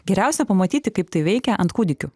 geriausia pamatyti kaip tai veikia ant kūdikių